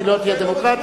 היא לא תהיה דמוקרטית.